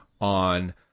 on